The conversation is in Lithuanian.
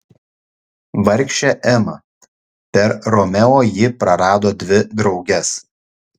vargšė ema per romeo ji prarado dvi drauges